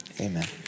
Amen